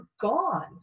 gone